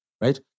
right